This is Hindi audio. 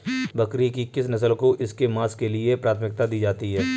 बकरी की किस नस्ल को इसके मांस के लिए प्राथमिकता दी जाती है?